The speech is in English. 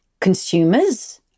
consumers